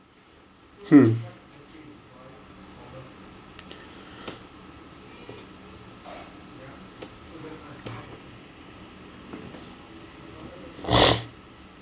hmm